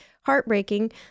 heartbreaking